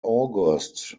august